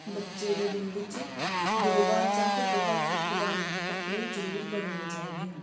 ਬੱਚੇ ਦੇ ਦਿਨ ਵਿੱਚ ਦੋ ਵਾਰ ਜਾਂ ਘੱਟੋ ਘੱਟ ਇੱਕ ਵਾਰ ਕੱਪੜੇ ਜ਼ਰੂਰ ਬਦਲਣੇ ਚਾਹੀਦੇ ਹਨ